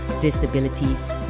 disabilities